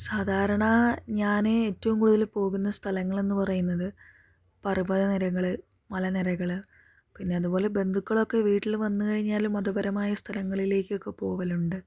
സാധാരണ ഞാന് ഏറ്റവും കൂടുതല് പോകുന്ന സ്ഥലങ്ങളെന്ന് പറയുന്നത് പർവതനിരകള് മലനിരകള് പിന്നെ അതുപോലെ ബന്ധുക്കളും വീട്ടിലതുപോലെ വന്ന് കഴിഞ്ഞാല് മതപരമായ സ്ഥലങ്ങളിലേക്കൊക്കെ പോകലുണ്ട്